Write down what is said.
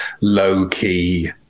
low-key